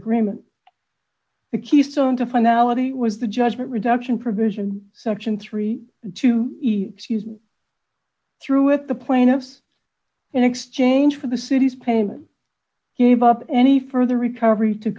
agreement the keystone to finality was the judgment reduction provision section thirty two dollars she's through with the plaintiff in exchange for the city's payment gave up any further recovery to